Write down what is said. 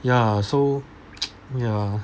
ya so ya